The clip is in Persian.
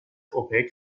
اوپک